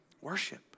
Worship